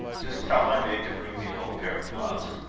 just tell my maid to bring me an old pair of gloves.